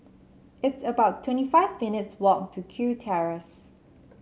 it's about twenty five minutes' walk to Kew Terrace